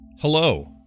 Hello